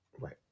right